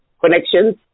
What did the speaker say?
connections